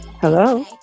hello